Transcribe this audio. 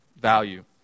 value